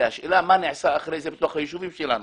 והשאלה היא מה נעשה אחר כך בתוך היישובים שלנו.